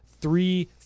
three